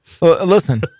listen